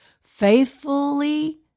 faithfully